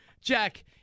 Jack